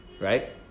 right